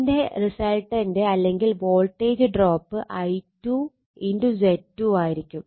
ഇതിന്റെ റിസൾട്ടന്റ് അല്ലെങ്കിൽ voltage drop I2 Z2 ആയിരിക്കും